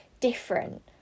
different